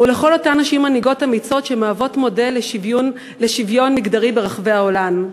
ולכל אותן נשים מנהיגות אמיצות שמהוות מודל לשוויון מגדרי ברחבי העולם.